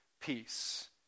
peace